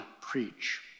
preach